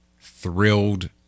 thrilled